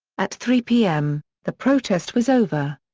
at three p m, the protest was over.